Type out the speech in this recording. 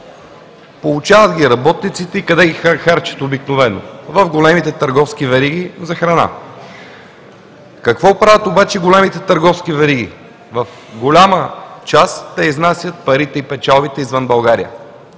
Получават ги работниците. И къде ги харчат обикновено? В големите търговски вериги за храна. Какво правят обаче големите търговски вериги? В голяма част те изнасят парите и печалбите извън България.